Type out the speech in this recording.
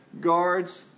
guards